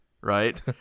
right